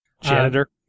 Janitor